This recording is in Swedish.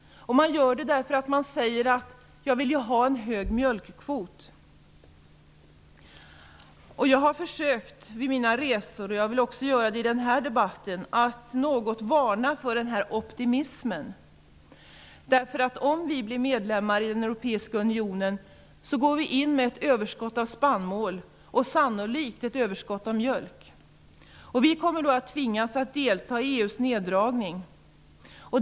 Man säger att man vill ha en hög mjölkkvot. Vid mina resor har jag försökt -- och jag vill också göra det i denna debatt -- att varna för den här optimismen. Om Sverige blir medlem i europeiska unionen kommer vi att gå in med ett överskott av spannmål och sannolikt ett överskott av mjölk. Vi kommer då att tvingas delta i EU:s neddragning.